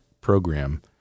program